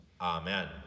Amen